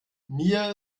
mir